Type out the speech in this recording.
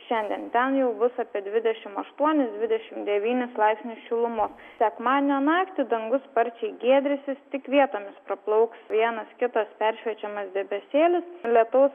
šiandien ten jau bus apie dvidešimt aštuonis dvidešimt devynis laipsnius šilumos sekmadienio naktį dangus sparčiai giedrysis tik vietomis praplauks vienas kitas peršviečiamas debesėlis lietaus